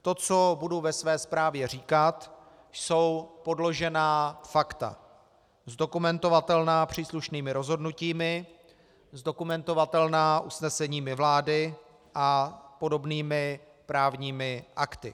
To, co budu ve své zprávě říkat, jsou podložená fakta, zdokumentovatelná příslušnými rozhodnutími, zdokumentovatelná usneseními vlády a podobnými právními akty.